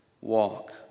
walk